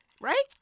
right